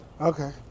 Okay